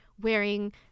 wearing